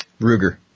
Ruger